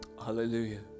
Hallelujah